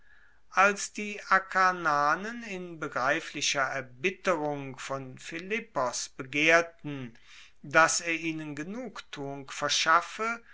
als die akarnanen in begreiflicher erbitterung von philippos begehrten dass er ihnen genugtuung verschaffe